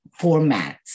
formats